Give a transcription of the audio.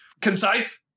concise